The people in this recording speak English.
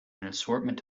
assortment